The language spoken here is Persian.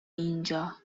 اینجا